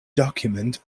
document